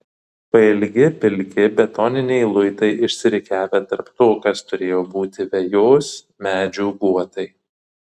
pailgi pilki betoniniai luitai išsirikiavę tarp to kas turėjo būti vejos medžių guotai